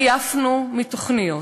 עייפנו מתוכניות.